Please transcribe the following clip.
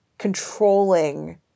controlling